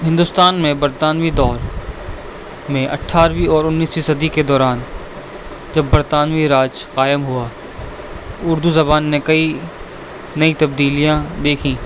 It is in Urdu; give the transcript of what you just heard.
ہندوستان میں برطانوی دور میں اٹھارویں اور انیسویں صدی کے دوران جب برطانوی راج قائم ہوا اردو زبان نے کئی نئی تبدیلیاں دیکھیں